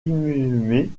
inhumé